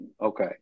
Okay